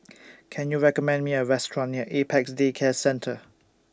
Can YOU recommend Me A Restaurant near Apex Day Care Centre